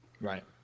Right